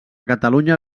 catalunya